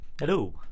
Hello